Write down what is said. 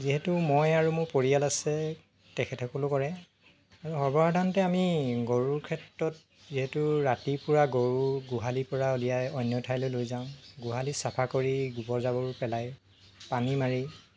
যিহেতু মই আৰু মোৰ পৰিয়াল আছে তেখেতসকলো কৰে আৰু সৰ্বসাধাৰণতে আমি গৰুৰ ক্ষেত্ৰত যিহেতু ৰাতিপুৱা গৰু গোহালি পৰা উলিয়াই অন্য ঠাইলৈ লৈ যাওঁ গোহালি চাফা কৰি গোবৰ জাবৰবোৰ পেলাই পানী মাৰি